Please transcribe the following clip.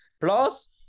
Plus